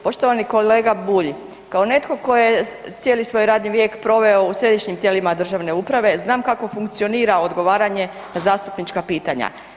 Poštovani kolega Bulj, kao netko tko je cijeli svoj radni vijek proveo u središnjim tijelima državne uprave, znam kako funkcionira odgovaranje na zastupnička pitanja.